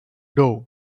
dough